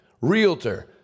Realtor